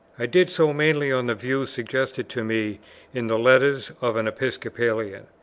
i did so mainly on the views suggested to me in the letters of an episcopalian.